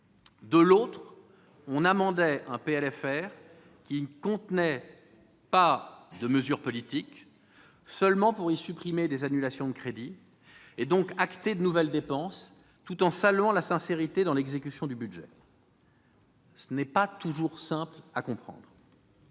de l'autre, on amendait un PLFR qui ne contient pas de mesure politique, pour y supprimer des annulations de crédits, et donc imposer de nouvelles dépenses, tout en saluant la sincérité dans l'exécution du budget. Ce n'est pas facile à comprendre